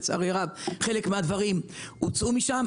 לצערי הרב, חלק מהדברים הוצאו משם.